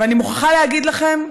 ואני מוכרחה להגיד לכם,